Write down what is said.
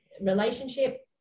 relationship